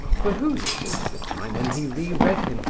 for whom, since the time when he re-read him,